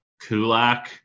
Kulak